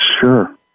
Sure